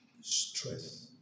stress